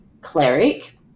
cleric